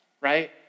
right